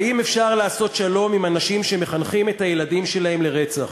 האם אפשר לעשות שלום עם אנשים שמחנכים את הילדים שלהם לרצח?